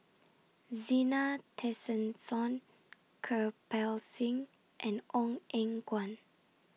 Zena Tessensohn Kirpal Singh and Ong Eng Guan